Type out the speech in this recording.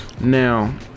now